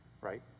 right